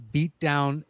Beatdown